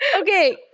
Okay